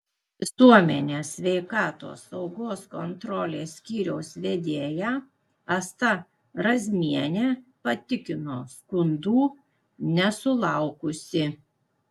visuomenės sveikatos saugos kontrolės skyriaus vedėja asta razmienė patikino skundų nesulaukusi